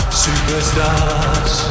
superstars